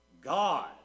God